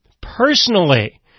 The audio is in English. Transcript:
personally